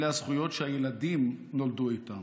אלה הזכויות שהילדים נולדו איתן.